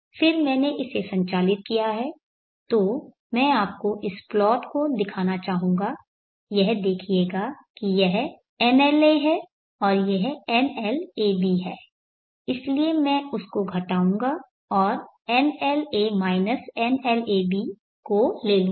फिर मैंने इसे संचालित किया है तो मैं आपको इस प्लॉट को दिखाना चाहूंगा यह देखिएगा कि यह nlA है और यह nlAb है इसलिए मैं उसको घटाऊंगा और nlA माइनस nlAb को ले लूंगा